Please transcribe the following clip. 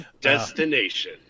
destination